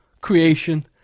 creation